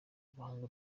guhanga